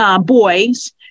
boys